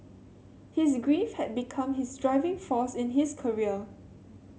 his grief had become his driving force in his career